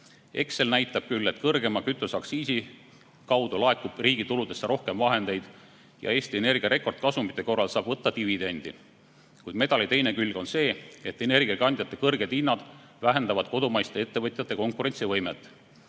Excel näitab küll, et kõrgema kütuseaktsiisi kaudu laekub riigi tuludesse rohkem vahendeid ja Eesti Energia rekordkasumite korral saab võtta dividendi. Kuid medali teine külg on see, et energiakandjate kõrged hinnad vähendavad kodumaiste ettevõtjate konkurentsivõimet.